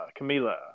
Camila